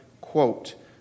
quote